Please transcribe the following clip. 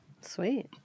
Sweet